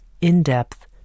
in-depth